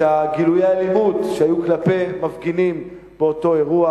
את גילויי האלימות שהיו כלפי מפגינים באותו אירוע.